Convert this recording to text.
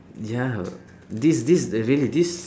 ya this this really this